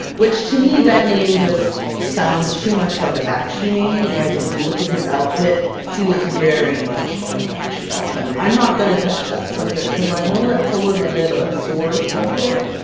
which to me that name just sounds too much like a bakshi name, and if you look at his outfit he looks very much like a bakshi elf. and i'm not gonna touch that subject, because i know that's a little bit of a sore subject.